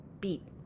beat